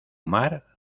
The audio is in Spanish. mar